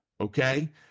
okay